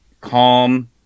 calm